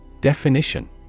Definition